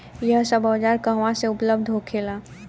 यह सब औजार कहवा से उपलब्ध होखेला?